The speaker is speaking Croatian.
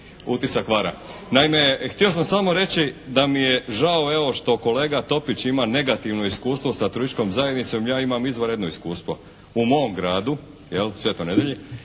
Utisak vara. Naime, htio sam samo reći da mi je žao evo što kolega Topić ima negativno iskustvo sa turističkom zajednicom, ja imam izvanredno iskustvo u mom gradu Svetoj Nedjelji